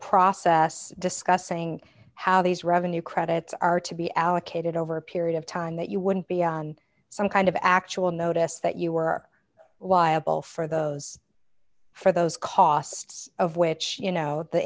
process discussing how these revenue credits are to be allocated over a period of time that you wouldn't be some kind of actual notice that you were why a bill for those for those costs of which you know the